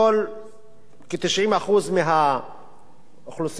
כ-90% מהאוכלוסייה הערבית גרים